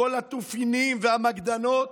כול התופינים והמגדנות.